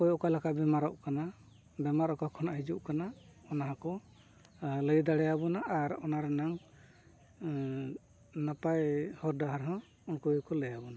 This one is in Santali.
ᱚᱠᱚᱭ ᱚᱠᱟᱞᱮᱠᱟ ᱵᱮᱢᱟᱨᱚᱜ ᱠᱟᱱᱟ ᱵᱮᱢᱟᱨ ᱚᱠᱟ ᱠᱷᱚᱱᱟᱜ ᱦᱤᱡᱩᱜ ᱠᱟᱱᱟ ᱚᱱᱟ ᱦᱚᱸᱠᱚ ᱞᱟᱹᱭ ᱫᱟᱲᱮᱭᱟᱵᱚᱱᱟ ᱟᱨ ᱚᱱᱟ ᱨᱮᱱᱟᱜ ᱱᱟᱯᱟᱭ ᱦᱚᱨ ᱰᱟᱦᱟᱨ ᱦᱚᱸ ᱩᱱᱠᱩ ᱜᱮᱠᱚ ᱞᱟᱹᱭᱟᱵᱚᱱᱟ